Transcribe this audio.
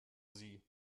sie